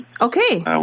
Okay